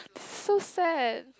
so sad